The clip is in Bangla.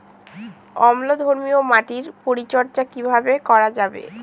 অম্লধর্মীয় মাটির পরিচর্যা কিভাবে করা যাবে?